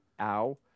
ow